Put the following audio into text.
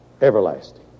everlasting